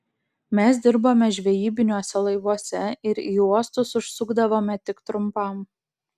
mes dirbome žvejybiniuose laivuose ir į uostus užsukdavome tik trumpam